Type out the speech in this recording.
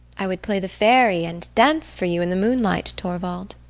i would play the fairy and dance for you in the moonlight, torvald.